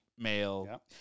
Male